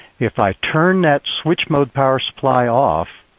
if i turn that switch mode power supply off